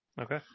Okay